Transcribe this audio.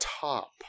Top